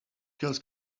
els